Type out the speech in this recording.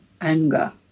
anger